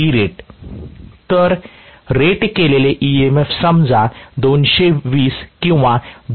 तर रेट केलेले Emf समजा 220 किंवा 200 V आहे